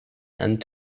and